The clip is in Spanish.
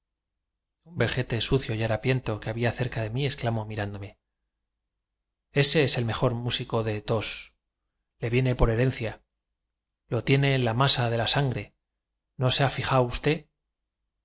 vejete sucio y harapiento que había cerca de mi exclamó mirándome ese es el mejor músico de tos le viene por herencia lo tiene en la masa de la sangre no se ha fijao usté